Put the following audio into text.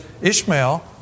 Ishmael